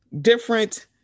different